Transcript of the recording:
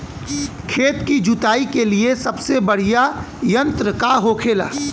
खेत की जुताई के लिए सबसे बढ़ियां यंत्र का होखेला?